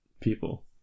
people